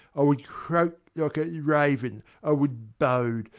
i would croak like a raven i would bode,